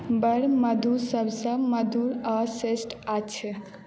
वर मधु सभसँ मधुर आओर श्रेष्ठ अछि